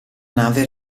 nave